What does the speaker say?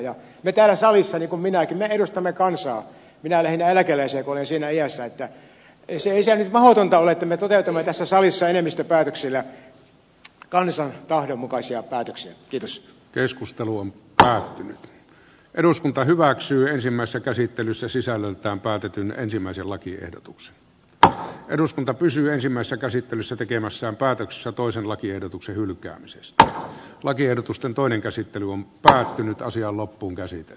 me täällä salissa niin kuin minäkin edustamme kansaa minä lähinnä eläkeläisiä kun olen siinä iässä joten ei se nyt mahdotonta ole että me toteutamme tässä salissa enemmistöpäätöksillä kansan tahdon mukaisia päätöksiä kiitos keskustelua mutta eduskunta hyväksyy ensimmäistä käsittelyssä sisällöltään päätetyn ensimmäisen lakiehdotuksen että eduskunta pysyy ensimmäistä käsittelyssä tekemässä päätöksessä toisen lakiehdotuksen hylkäämisestä lakiehdotusten toinen käsittely on päättynyt ja asia loppuunkäsitep